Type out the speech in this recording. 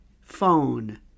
phone